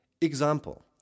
Example